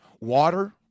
Water